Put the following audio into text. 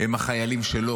הם החיילים שלו.